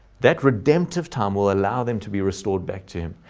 that redemptive time will allow them to be restored back to him.